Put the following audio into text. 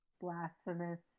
blasphemous